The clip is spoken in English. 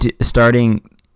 starting